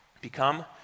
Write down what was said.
Become